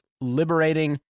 liberating